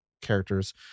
characters